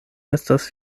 estas